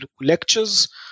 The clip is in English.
lectures